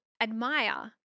admire